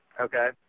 Okay